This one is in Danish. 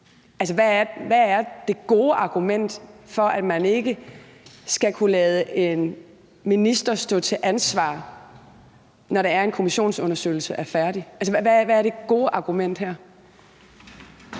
hvad er det gode argument for, at man ikke skal kunne lade en minister stå til ansvar, når en kommissionsundersøgelse er færdig? Hvad er det gode argument her?